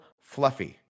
fluffy